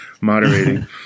moderating